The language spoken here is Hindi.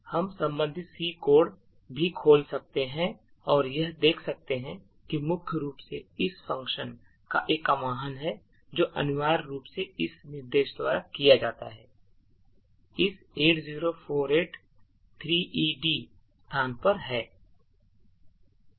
हम संबंधित C कोड भी खोल सकते हैं और यह देख सकते हैं कि मुख्य रूप से इस फंक्शन का एक आह्वान है जो अनिवार्य रूप से इस निर्देश द्वारा किया जाता है इस 80483ED स्थान पर है